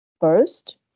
First